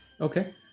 okay